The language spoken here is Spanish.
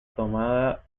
tomada